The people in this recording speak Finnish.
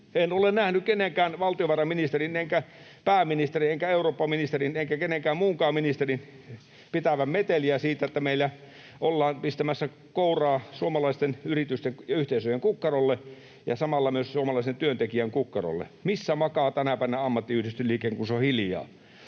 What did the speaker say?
En ole nähnyt kenenkään, valtiovarainministerin enkä pääministerin enkä eurooppaministerin enkä kenenkään muunkaan ministerin pitävän meteliä siitä, että meillä ollaan pistämässä kouraa suomaisten yritysten ja yhteisöjen kukkarolle ja samalla myös suomalaisen työntekijän kukkarolle. Missä makaa tänä päivänä ammattiyhdistysliike, kun se on hiljaa?